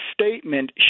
statement